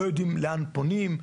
לא יודעים לאן פונים,